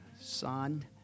Son